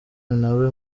nawe